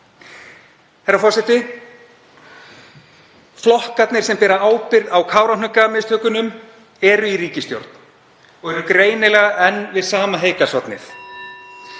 Herra forseti. Flokkarnir sem bera ábyrgð á Kárahnjúkamistökunum eru í ríkisstjórn og eru greinilega enn við sama heygarðshornið.